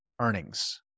earnings